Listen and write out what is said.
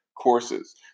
courses